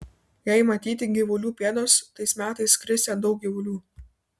jei matyti gyvulių pėdos tais metais krisią daug gyvulių